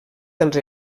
dels